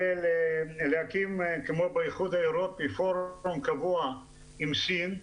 להקים כמו באיחוד האירופי פורום קבוע עם סין,